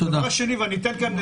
הדבר השני --- תודה